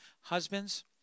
husbands